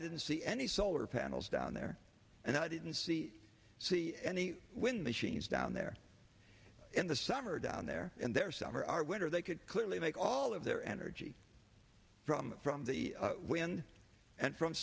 didn't see any solar panels down there and i didn't see see any wind machines down there in the summer down there and their summer our winter they could clearly make all of their energy from from the wind and from